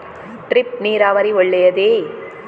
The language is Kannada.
ಡ್ರಿಪ್ ನೀರಾವರಿ ಒಳ್ಳೆಯದೇ?